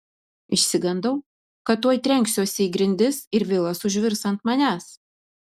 išsigandau kad tuoj trenksiuosi į grindis ir vilas užvirs ant manęs